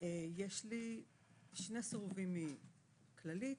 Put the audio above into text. יש לי שני סירובים מכללית,